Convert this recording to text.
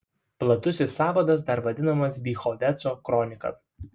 platusis sąvadas dar vadinamas bychoveco kronika